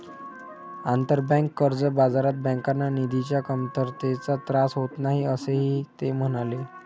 आंतरबँक कर्ज बाजारात बँकांना निधीच्या कमतरतेचा त्रास होत नाही, असेही ते म्हणाले